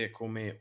come